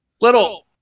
Little